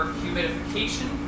humidification